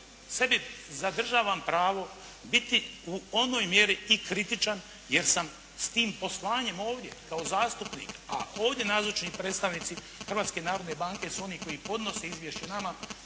ja zadržavam pravo biti u onoj mjeri i kritičan jer sam s tim poslanjem ovdje kao zastupnik, a ovdje nazočni predstavnici Hrvatske narodne banke su oni koji podnose izvješće nama